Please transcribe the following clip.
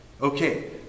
Okay